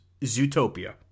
Zootopia